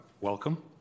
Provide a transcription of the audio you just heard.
welcome